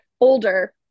older